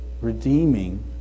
redeeming